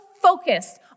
focused